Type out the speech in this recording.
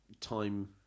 time